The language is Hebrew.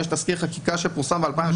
יש תזכיר חקיקה שפורסם ב-2016.